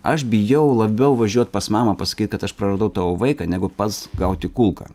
aš bijau labiau važiuot pas mamą pasakyt kad aš praradau tavo vaiką negu pats gauti kulką